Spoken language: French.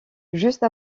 juste